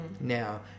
now